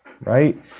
right